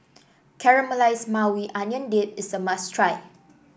Caramelized Maui Onion Dip is a must try